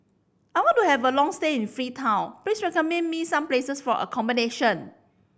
I want to have a long stay in Freetown please recommend me some places for accommodation